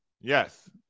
Yes